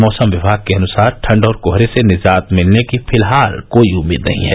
मौसम विभाग के अनुसार ठंड और कोहरे से निजात मिलने की फिलहाल कोई उम्मीद नहीं है